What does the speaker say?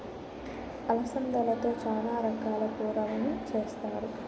అలసందలతో చానా రకాల కూరలను చేస్తారు